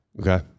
Okay